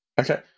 Okay